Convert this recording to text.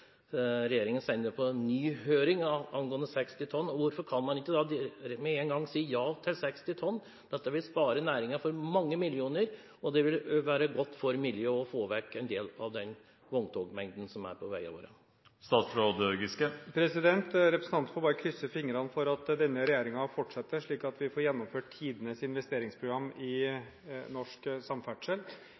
regjeringen sende på ny høring det som angår 60 tonn. Hvorfor kan man ikke med en gang si ja til 60 tonn? Det vil spare næringen for mange millioner. Det vil også være godt for miljøet å få vekk en del av den vogntogmengden som er på veiene våre. Representanten får bare krysse fingrene for at denne regjeringen fortsetter, slik at vi får gjennomført tidenes investeringsprogram i norsk samferdsel